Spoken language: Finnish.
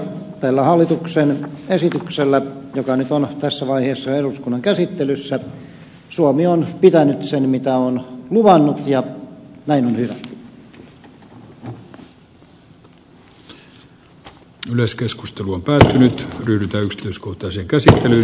hoskonen sanoi tällä hallituksen esityksellä joka nyt on tässä vaiheessa eduskunnan käsittelyssä suomi on pitänyt sen mitä on luvannut ja näin on hyvä